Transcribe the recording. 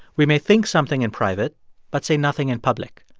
we may think something in private but say nothing in public.